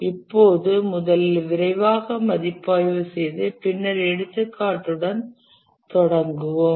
இப்போது முதலில் விரைவாக மதிப்பாய்வு செய்து பின்னர் எடுத்துக்காட்டுடன் தொடங்குவோம்